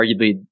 arguably